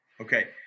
Okay